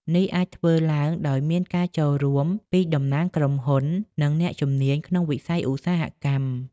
នេះអាចធ្វើឡើងដោយមានការចូលរួមពីតំណាងក្រុមហ៊ុន និងអ្នកជំនាញក្នុងវិស័យឧស្សាហកម្ម។